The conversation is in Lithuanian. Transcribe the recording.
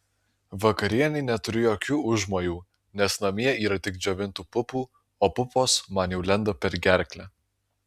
vakarienei neturiu jokių užmojų nes namie yra tik džiovintų pupų o pupos man jau lenda per gerklę